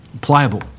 pliable